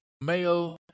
male